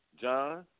John